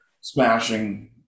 smashing